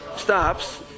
stops